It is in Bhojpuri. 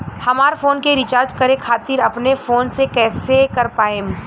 हमार फोन के रीचार्ज करे खातिर अपने फोन से कैसे कर पाएम?